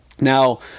Now